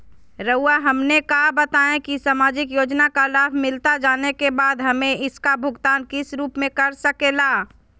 रहुआ हमने का बताएं की समाजिक योजना का लाभ मिलता जाने के बाद हमें इसका भुगतान किस रूप में कर सके ला?